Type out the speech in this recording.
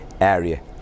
area